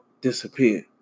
disappeared